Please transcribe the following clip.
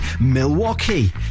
Milwaukee